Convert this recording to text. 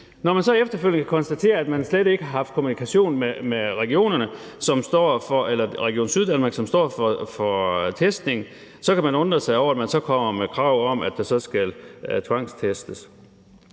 Når man så efterfølgende kan konstatere, at der slet ikke har været kommunikation med Region Syddanmark, som står for testningen, så kan det undre, at man kommer med krav om, at der skal tvangstestes.